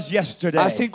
yesterday